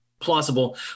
plausible